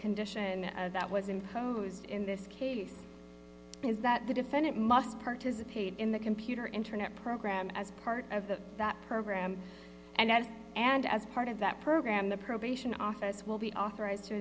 condition that was imposed in this case is that the defendant must participate in the computer internet program as part of the that program and that and as part of that program the probation office will be authorized to